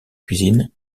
cuisine